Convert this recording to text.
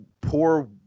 poor